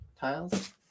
tiles